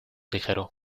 ligero